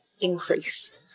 Increase